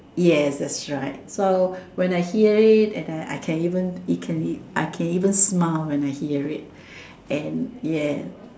yes that's right so when I hear it and I I can even it can even I can even smile when I hear it and yes